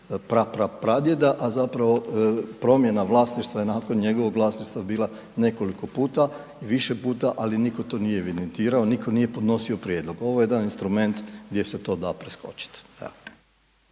pra pra pradjeda, a zapravo promjena vlasništva je nakon njegovog vlasništva bila nekoliko puta, više puta, ali nitko to nije evidentirao, nitko nije podnosio prijedlog. Ovo je jedan instrument gdje se to da preskočiti.